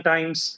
Times